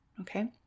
Okay